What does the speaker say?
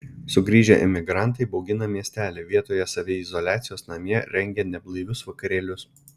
sugrįžę emigrantai baugina miestelį vietoje saviizoliacijos namie rengia neblaivius vakarėlius